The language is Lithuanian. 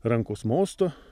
rankos mostu